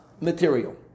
material